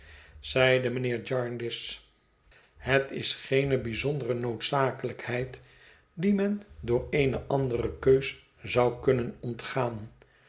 zeide mijnheer jarndyce het is geene bijzondere noodzakelijkheid die men door eene andere keus zou kunnen ontgaan